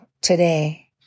today